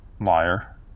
Liar